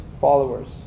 followers